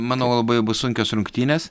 manau labai bus sunkios rungtynės